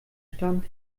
stand